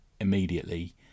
immediately